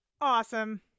Awesome